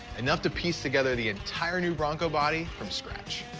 enough to piece together the entire new bronco body from scratch.